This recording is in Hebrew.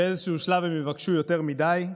באיזשהו שלב הם יבקשו יותר מדי,